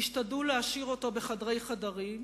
והשתדלו להשאיר אותו בחדרי חדרים.